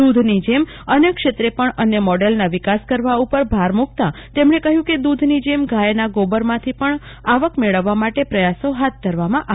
દુધની જેમ અન્ય ક્ષેત્રે પણ અમુલ મોડેલનો વિકાસ કરવા ઉપર ભાર મુક્તા તેમજ્ઞે કહ્યું કે દૂધ ની જેમ ગાયના ગોબરમાંથી પણ આવક મેળવવવા માટે પ્રયાસો હાથ ધરવામાં આવશે